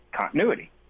continuity